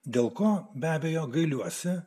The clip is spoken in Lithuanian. dėl ko be abejo gailiuosi